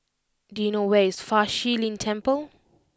do you know where is Fa Shi Lin Temple